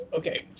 okay